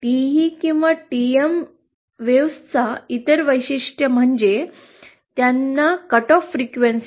TE किंवा TM लहरींची इतर वैशिष्ट्ये म्हणजे त्यांना कट ऑफ फ्रिक्वेन्सी